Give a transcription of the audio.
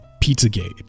Pizzagate